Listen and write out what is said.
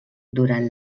durant